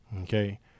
Okay